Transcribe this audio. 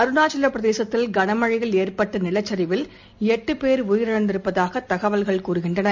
அருணாச்சல பிரதேசத்தில் கனமழையில் ஏற்பட்ட நிலச்சரிவில் எட்டு பேர் உயிரிழந்திருப்பதாக தகவல்கள் கூறுகின்றன